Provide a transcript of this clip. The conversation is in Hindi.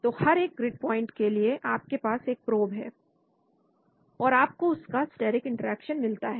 तो हर एक ग्रिड प्वाइंट के लिए आपके पास एक प्रोब है और आपको उसका स्टेरिक इंटरेक्शन मिलता है